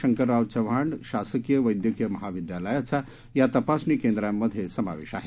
शंकरराव चव्हाण शासकीय वध्कीय महाविद्यालयाचा या तपासणी केंद्रांमध्ये समावेश आहे